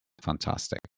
fantastic